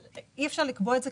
אי אפשר לקבוע את זה.